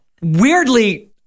weirdly